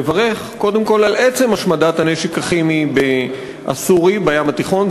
לברך קודם כול על עצם השמדת הנשק הכימי הסורי בים התיכון.